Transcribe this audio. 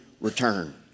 return